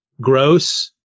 gross